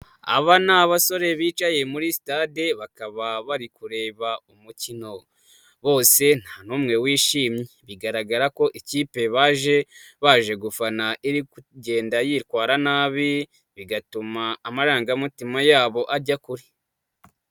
Aba ni abasore bicaye muri sitade, bakaba bari kureba umukino, bose nta n'umwe wishimye, bigaragara ko ikipe baje baje gufana, iri kugenda yitwara nabi, bigatuma amarangamutima yabo ajya kure.